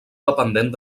dependent